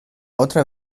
otra